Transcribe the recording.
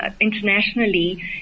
internationally